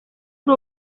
uri